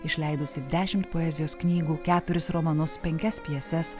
išleidusi dešimt poezijos knygų keturis romanus penkias pjeses